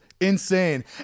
insane